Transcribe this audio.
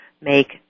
make